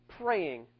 praying